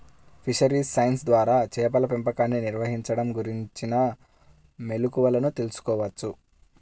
fisheries science ద్వారా చేపల పెంపకాన్ని నిర్వహించడం గురించిన మెళుకువలను తెల్సుకోవచ్చు